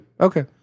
Okay